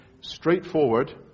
straightforward